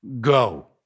Go